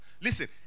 Listen